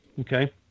Okay